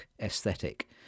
Aesthetic